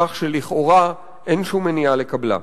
כך שלכאורה אין שום מניעה לקבלה.